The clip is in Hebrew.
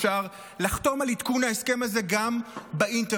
אפשר לחתום על עדכון ההסכם הזה גם באינטרנט.